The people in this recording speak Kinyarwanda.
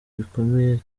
bikomeye